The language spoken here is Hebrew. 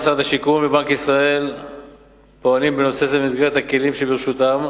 משרד השיכון ובנק ישראל פועלים בנושא זה במסגרת הכלים שברשותם,